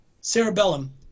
cerebellum